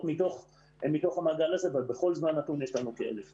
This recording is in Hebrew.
מתוך המעגל הזה אבל בכל זמן נתון יש לנו כ-1,000 נשים.